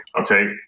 Okay